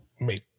make